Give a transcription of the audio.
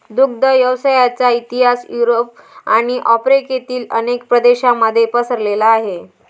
दुग्ध व्यवसायाचा इतिहास युरोप आणि आफ्रिकेतील अनेक प्रदेशांमध्ये पसरलेला आहे